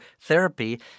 therapy